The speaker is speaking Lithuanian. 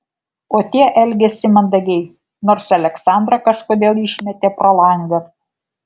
o tie elgėsi mandagiai nors aleksandrą kažkodėl išmetė pro langą